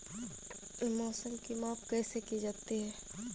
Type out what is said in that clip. मौसम की माप कैसे की जाती है?